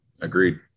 Agreed